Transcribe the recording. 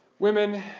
women?